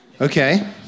Okay